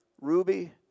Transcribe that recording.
ruby